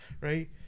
right